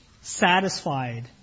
satisfied